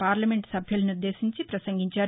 parliament సభ్యులనుద్దేశించి ప్రసంగించారు